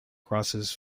crosses